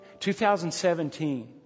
2017